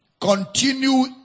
Continue